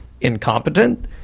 incompetent